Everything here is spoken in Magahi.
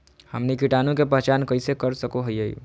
हमनी कीटाणु के पहचान कइसे कर सको हीयइ?